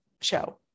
show